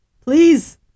Please